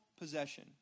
possession